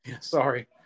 sorry